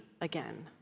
again